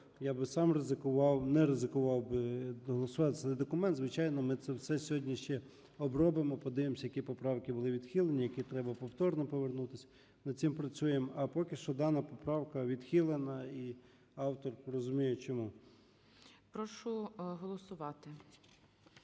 я би сам ризикував… не ризикував би голосувати за документ. Звичайно, ми це все сьогоднішнє обробимо, подивимось, які поправки були відхилені, які треба повторно повернутись, над цим працюємо. А поки що дана поправка відхилена і автор розуміє чому. ГОЛОВУЮЧИЙ. Прошу голосувати.